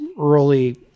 early